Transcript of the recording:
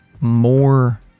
more